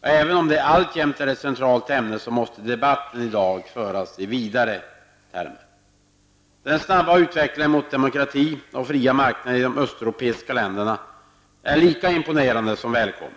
Även om detta alltjämt är ett centralt ämne måste debatten i dag föras i vidare termer. Den snabba utvecklingen mot demokrati och fria marknader i de östeuropeiska länderna är lika imponerande som den är välkommen.